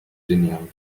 denial